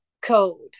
code